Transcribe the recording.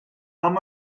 haben